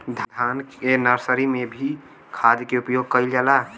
धान के नर्सरी में भी खाद के प्रयोग कइल जाला?